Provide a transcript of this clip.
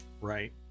Right